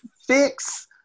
fix